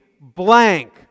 blank